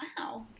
wow